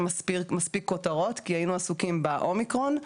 מספיק כותרות כי היינו עסוקים באומיקרון,